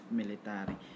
military